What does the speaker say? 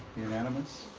unanimous.